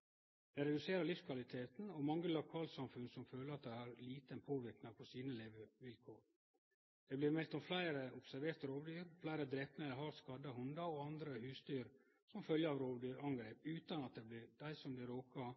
ei sterk kjensle av maktesløyse. Det reduserer livskvaliteten, og mange lokalsamfunn føler at dei har liten påverknad på sine levevilkår. Det blir meldt om fleire observerte rovdyr, fleire drepne eller hardt skadde hundar og andre husdyr som følgje av rovdyrangrep, utan at dei som blir råka,